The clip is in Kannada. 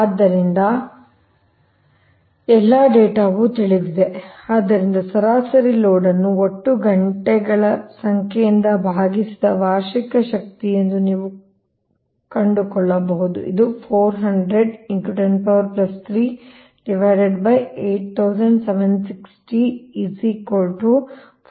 ಆದ್ದರಿಂದ ಎಲ್ಲಾ ಡೇಟಾವು ತಿಳಿದಿದೆ ಆದ್ದರಿಂದ ಸರಾಸರಿ ಲೋಡ್ ಅನ್ನು ಒಟ್ಟು ಘಂಟೆ ಗಳ ಸಂಖ್ಯೆಯಿಂದ ಭಾಗಿಸಿದ ವಾರ್ಷಿಕ ಶಕ್ತಿ ಎಂದು ನೀವು ಕಂಡುಕೊಳ್ಳಬಹುದು